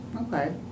Okay